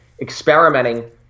experimenting